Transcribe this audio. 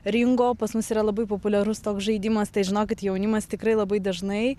ringo pas mus yra labai populiarus toks žaidimas tai žinokit jaunimas tikrai labai dažnai